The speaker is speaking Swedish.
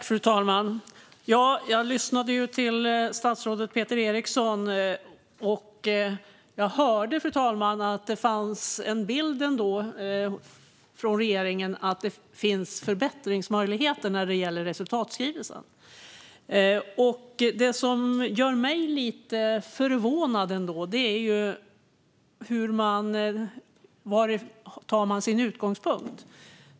Fru talman! Jag lyssnade till statsrådet Peter Eriksson och hörde att det finns en bild från regeringen av att det finns förbättringsmöjligheter när det gäller resultatskrivelsen. Det som ändå gör mig lite förvånad är varifrån man tar sin utgångspunkt.